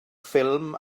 ffilm